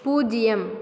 பூஜ்ஜியம்